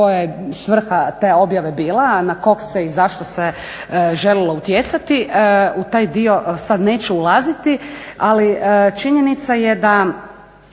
sada neću ulaziti. Ali činjenica je da